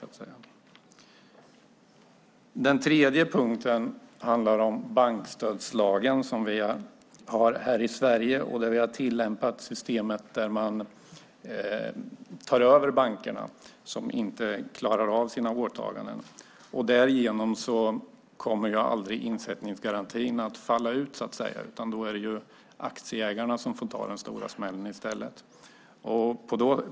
För det tredje handlar det om den bankstödslag som finns här i Sverige. Vi har tillämpat ett system med att ta över banker som inte klarar av sina åtaganden. Därigenom kommer insättningsgarantin aldrig att falla ut. I stället är det aktieägarna som får ta den stora smällen.